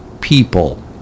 people